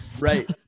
Right